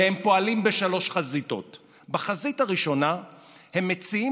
והם פועלים בשלוש חזיתות: בחזית הראשונה הם מציעים